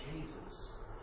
Jesus